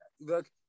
Look